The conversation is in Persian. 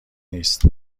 نیست